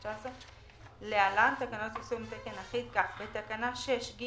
התשע"ט-2019 (להלן: תקנות יישום תקן אחיד) כך: (1)בתקנה 6(ג)(1),